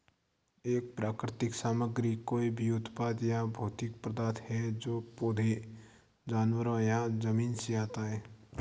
एक प्राकृतिक सामग्री कोई भी उत्पाद या भौतिक पदार्थ है जो पौधों, जानवरों या जमीन से आता है